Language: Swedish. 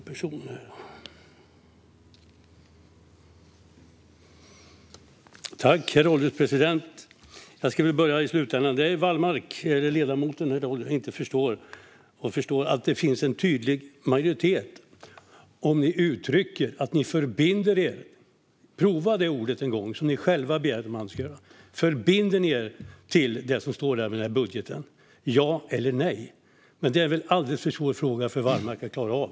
Herr ålderspresident! Jag skulle vilja börja i slutändan. Det ledamoten Wallmark inte förstår är att det finns en tydlig majoritet. Uttrycker ni att ni förbinder er - prova det ordet någon gång, för ni begär ju själva att man ska göra detta - till det som står i budgeten? Svara ja eller nej! Men det är väl en alldeles för svår fråga för Wallmark att klara av.